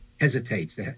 hesitates